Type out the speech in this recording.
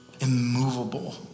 immovable